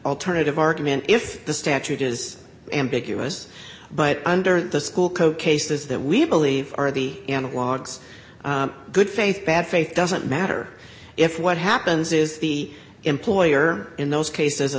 alternative argument if the statute is ambiguous but under the school coach cases that we believe are the analogs good faith bad faith doesn't matter if what happens is the employer in those cases a